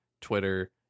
twitter